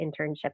internship